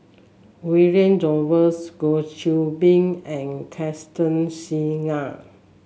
William Jervois Goh Qiu Bin and Constance Singam